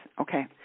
okay